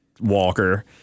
walker